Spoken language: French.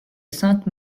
sainte